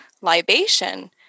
libation